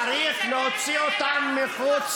פיתוח גנים, שבילים, צריך להוציא אותם מחוץ